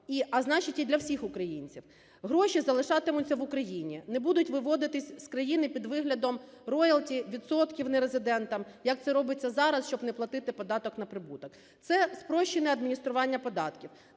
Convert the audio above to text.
а значить, і для всіх українців? Гроші залишатимуться в Україні, не будуть виводитись з країни під виглядом роялті, відсотків нерезидентам, як це робиться зараз, щоб не платити податок на прибуток. Це спрощене адміністрування податків,